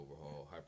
overhaul